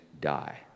die